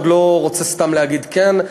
אני עוד לא רוצה סתם להגיד כן,